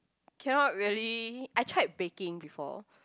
cannot really I tried baking before